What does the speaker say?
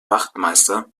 wachtmeister